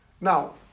Now